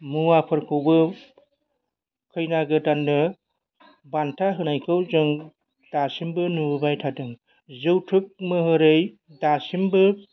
मुवाफोरखौबो खैना गोदाननो बान्था होनायखौ जों दासिमबो नुबाय थादों जौथुक मोहोरै दासिमबो